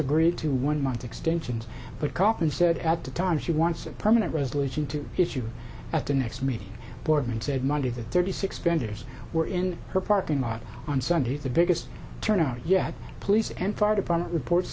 grid to one month extensions but company said at the time she wants a permanent resolution to issue at the next meeting portman said monday the thirty six vendors were in her parking lot on sunday the biggest turnout yet police and fire department report